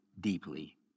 deeply